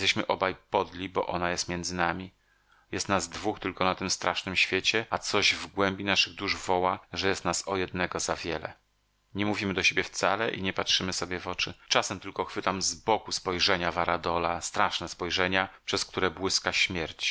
podli bo ona jest między nami jest nas dwóch tylko na tym strasznym świecie a coś w głębi naszych dusz woła że jest nas o jednego za wiele nie mówimy do siebie wcale i nie patrzymy sobie w oczy czasem tylko chwytam z boku spojrzenia varadola straszne spojrzenia przez które błyska śmierć